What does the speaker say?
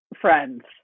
friends